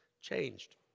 changed